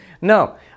no